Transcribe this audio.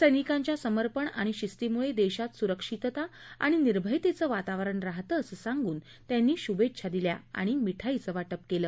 सैनिकांच्या समर्पण आणि शिस्तीमुळे देशात सुरक्षितता आणि निर्भयतेचं वातावरण राहतं असं सांगून त्यांनी शूभेच्छा दिल्या आणि मिठाईचं वाटप केलं